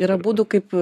yra būdų kaip